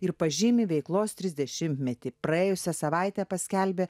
ir pažymi veiklos trisdešimtmetį praėjusią savaitę paskelbė